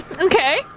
okay